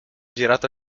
girato